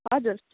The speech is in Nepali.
हजुर